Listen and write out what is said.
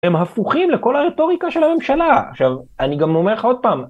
הם הפוכים לכל הרטוריקה של הממשלה. עכשיו, אני גם אומר לך עוד פעם.